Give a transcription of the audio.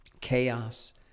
chaos